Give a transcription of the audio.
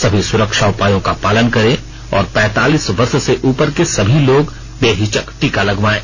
सभी सुरक्षा उपायों का पालन करें और पैंतालीस वर्ष से उपर के सभी लोग बेहिचक टीका लगवायें